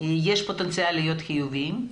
יש פוטנציאל להיות חיוביים?